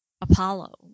Apollo